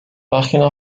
página